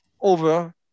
over